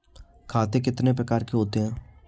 खाते कितने प्रकार के होते हैं?